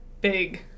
big